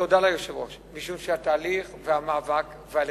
תודה ליושב-ראש, משום שהתהליך והמאבק והלחצים,